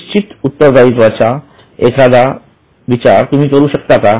अनिश्चित उत्तरदायित्वाच्या एखादा तुम्ही विचार करू शकता का